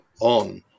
on